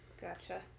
gotcha